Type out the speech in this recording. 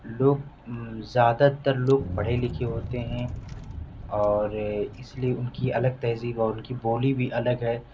لوگ زیادہ تر لوگ پڑھے لکھے ہوتے ہیں اور اس لیے ان کی الگ تہذیب اور ان کی بولی بھی الگ ہے